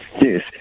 Yes